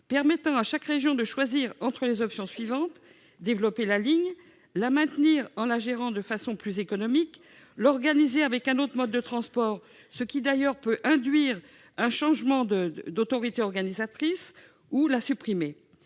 permettre à chaque région de choisir entre les options suivantes : développer la ligne ; la maintenir en la gérant de façon plus économique ; l'organiser avec un autre mode de transport, ce qui peut d'ailleurs induire un changement d'autorité organisatrice ; enfin, la supprimer.